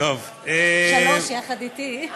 שלוש יחד אתי.